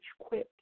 quick